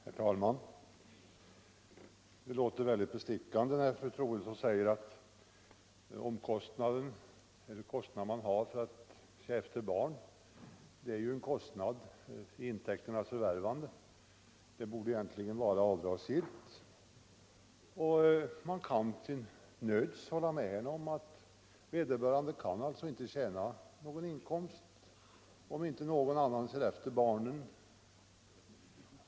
Herr talman! Det låter väldigt bestickande när fru Troedsson säger att den kostnad man har för att se efter sina barn ju är en kostnad för intäkternas förvärvande och egentligen borde vara avdragsgill. Man kan till nöds hålla med henne — vederbörande kan alltså inte skaffa sig någon inkomst om inte någon annan ser efter barnen.